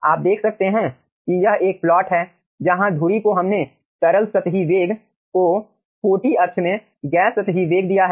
आप देख सकते हैं कि यह एक प्लॉट है जहां धुरी को हमने तरल सतही वेग को कोटि अक्ष में गैस सतही वेग दिया है